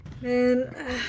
Man